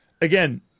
again